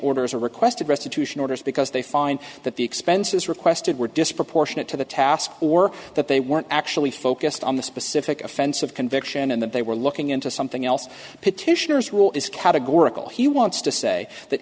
orders or requested restitution orders because they find that the expenses requested were disproportionate to the task or that they weren't actually focused on the specific offense of conviction and that they were looking into something else petitioners will is categorical he wants to say that